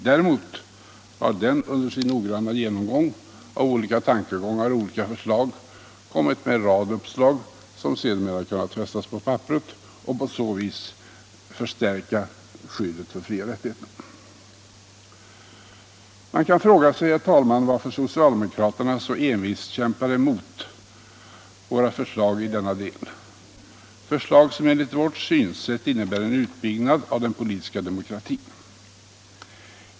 Däremot har den under sin noggranna genomgång av olika tankegångar och olika förslag kommit med en rad uppslag som sedermera kunnat fästas på papperet och som på så sätt kan stärka skyddet för frioch rättigheterna. Man kan fråga sig, herr talman, varför socialdemokraterna så envist kämpar emot våra förslag i denna del, förslag som enligt vårt synsätt innebär en utbyggnad av den politiska demokratin.